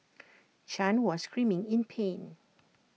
chan was screaming in pain